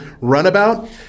runabout